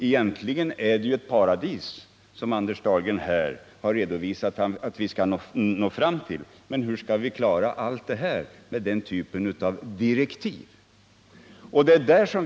Egentligen är det ju ett paradis som Anders Dahlgren här redovisat att vi skall nå fram till. Men jag frågar mig: Hur skall vi klara allt detta inom den tidrymden och med den här typen av direktiv?